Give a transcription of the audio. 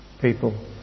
people